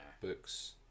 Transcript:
Books